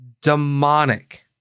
demonic